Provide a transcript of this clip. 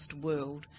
world